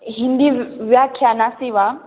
हिन्दी व्याख्या नास्ति वा